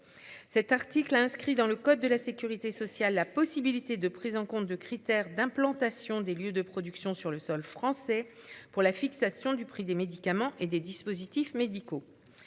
Cet article a inscrit dans le code de la sécurité sociale, la possibilité de prise en compte de critères d'implantation des lieux de production sur le sol français pour la fixation du prix des médicaments et des dispositifs médicaux.